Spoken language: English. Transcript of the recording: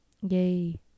Yay